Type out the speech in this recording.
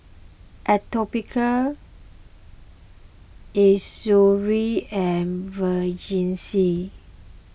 Atopiclair Eucerin and Vagisil